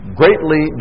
greatly